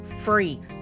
free